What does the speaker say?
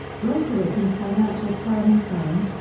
brokerage and financial planning firms,